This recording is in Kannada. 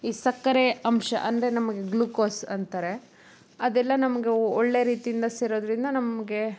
ಈ ಸಕ್ಕರೆಯ ಅಂಶ ಅಂದರೆ ನಮಗೆ ಗ್ಲುಕೋಸ್ ಅಂತಾರೆ ಅದೆಲ್ಲ ನಮಗೆ ಒಳ್ಳೆ ರೀತಿಯಿಂದ ಸೇರೋದರಿಂದ ನಮಗೆ